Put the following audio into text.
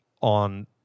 on